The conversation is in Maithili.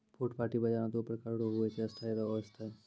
फुटपाटी बाजार दो प्रकार रो हुवै छै स्थायी आरु अस्थायी